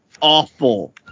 awful